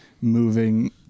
moving